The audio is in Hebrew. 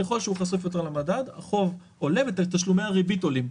ככל שהוא חשוף יותר למדד החוב עולה ותשלומי הריבית עולים.